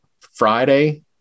Friday